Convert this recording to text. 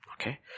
Okay